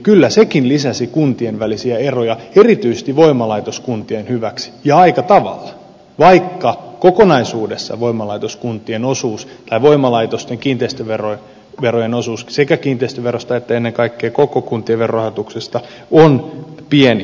kyllä sekin lisäsi kuntien välisiä eroja erityisesti voimalaitoskuntien hyväksi ja aika tavalla vaikka kokonaisuudessaan voimalaitoskuntien osuus tai voimalaitosten kiinteistöverojen osuus sekä kiinteistöverosta että ennen kaikkea koko kuntien verorahoituksesta on pieni